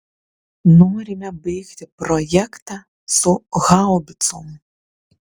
norime baigti projektą su haubicom